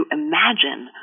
imagine